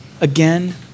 again